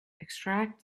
extract